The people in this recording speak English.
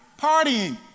partying